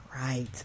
Right